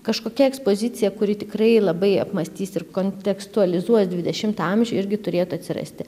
kažkokia ekspozicija kuri tikrai labai apmąstys ir kontekstualizuos dvidešimtą amžių irgi turėtų atsirasti